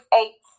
eight